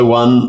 one